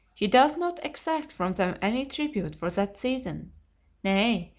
he does not exact from them any tribute for that season nay,